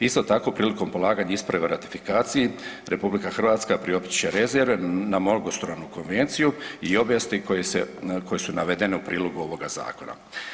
Isto tako prilikom polaganja isprave o ratifikaciji RH priopćit će rezerve na mnogostranu konvenciju i obavijesti koje su navedene u prilogu ovoga zakona.